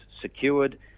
secured